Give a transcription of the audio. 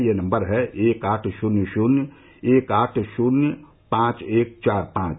यह नम्बर है एक आठ शून्य शून्य एक आठ शून्य पांच एक चार पांच